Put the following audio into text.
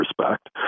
respect